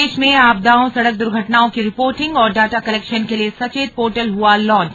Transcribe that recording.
प्रदेश में आपदाओं सड़क दुर्घटनाओं की रिपोर्टिंग और डाटा कलेक्शन के लिए सचेत पोर्टल हुआ लॉन्च